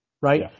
right